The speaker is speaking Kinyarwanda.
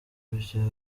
bya